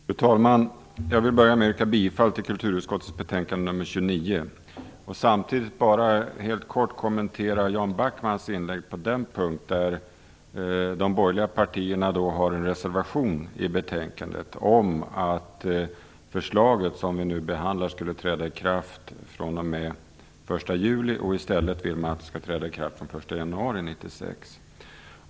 Fru talman! Jag vill yrka bifall till hemställan i kulturutskottets betänkande nr 29. Samtidigt vill jag bara helt kort kommentera Jan Backmans inlägg på den punkt där de borgerliga partierna har en reservation i betänkandet, alltså att förslaget som vi nu behandlar skulle träda i kraft den 1 juli. I stället vill man att det skall träda i kraft den 1 januari 1996.